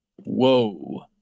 Whoa